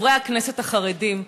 חברי הכנסת החרדים: